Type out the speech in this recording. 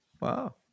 Wow